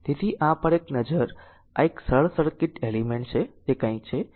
તેથી આ પર એક નજર આ એક સરળ સર્કિટ એલિમેન્ટ છે તે કંઈક છે